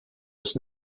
was